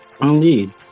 Indeed